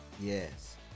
yes